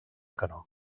canó